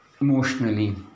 emotionally